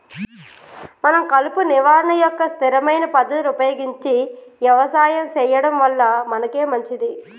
మనం కలుపు నిర్వహణ యొక్క స్థిరమైన పద్ధతులు ఉపయోగించి యవసాయం సెయ్యడం వల్ల మనకే మంచింది